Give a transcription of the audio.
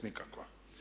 Nikakva.